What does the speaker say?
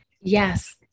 Yes